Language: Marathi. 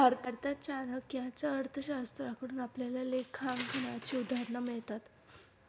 भारतात चाणक्याच्या अर्थशास्त्राकडून आपल्याला लेखांकनाची उदाहरणं मिळतात